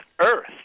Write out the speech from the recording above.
earth